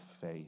faith